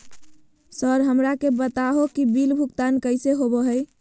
Sir हमरा के बता हो कि बिल भुगतान कैसे होबो है?